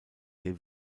der